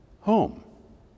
home